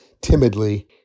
timidly